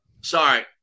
sorry